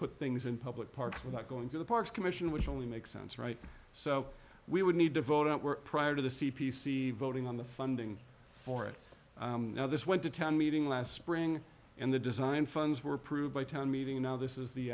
put things in public parks without going to the parks commission which only makes sense right so we would need to vote out were prior to the c p c voting on the funding for it this went to town meeting last spring and the design funds were approved by town meeting and now this is the